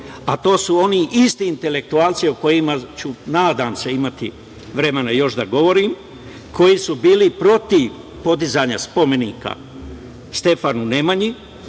a to su oni isti intelektualci o kojima ću, nadam se, imati vremena još da govorim, koji su bili protiv podizanja spomenika Stefanu Nemanji